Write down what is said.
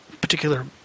particular